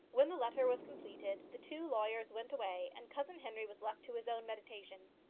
when the letter was completed, the two lawyers went away, and cousin henry was left to his own meditation.